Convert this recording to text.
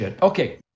Okay